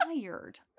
tired